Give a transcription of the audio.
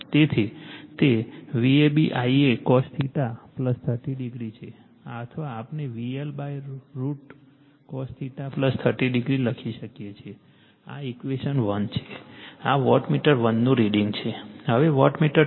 તેથી તે Vab Ia cos 30o છે અથવા આપણે VL √ cos 30o લખી શકીએ છીએ આ ઇક્વેશન 1 છે આ વોટમીટર 1 નું રીડિંગ છે હવે વોટમીટર 2